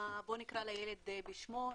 בואו נקרא לילד בשמו,